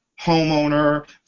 homeowner